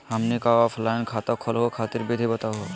हमनी क ऑफलाइन खाता खोलहु खातिर विधि बताहु हो?